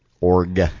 Org